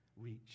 reach